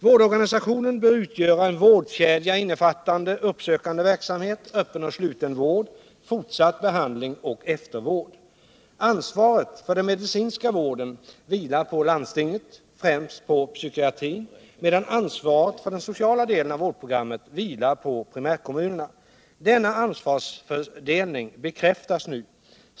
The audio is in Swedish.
Vårdorganisationen bör utgöra en vårdkedja innefattande uppsökande verksamhet, öppen och sluten vård, fortsatt behandling och eftervård. Ansvaret för den medicinska vården vilar på landstingen, främst psykiatrin, medan ansvaret för den sociala delen av vårdprogrammet vilar på primärkommunerna. Denna ansvarsfördelning bekräftas nu.